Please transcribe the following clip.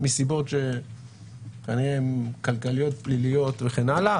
מסיבות שכנראה הן כלכליות פליליות וכן הלאה,